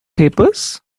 papers